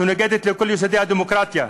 שנוגדת את כל יסודות הדמוקרטיה.